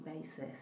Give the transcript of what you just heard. basis